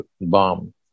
bomb